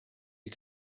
you